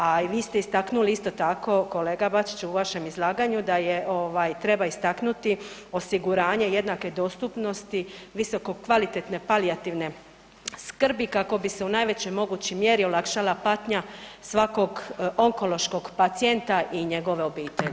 A vi ste istaknuli isto tako kolega Bačić u vašem izlaganju da treba istaknuti osiguranje jednake dostupnosti, visoko kvalitetne palijativne skrbi kako bi se u najvećoj mogućoj mjeri olakšala patnja svakog onkološkog pacijenta i njegove obitelji.